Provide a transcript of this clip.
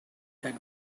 had